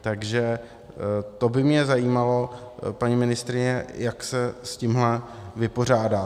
Takže to by mě zajímalo, paní ministryně, jak se s tímto vypořádáte.